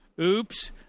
oops